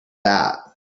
that